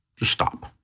just stop.